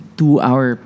two-hour